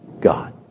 God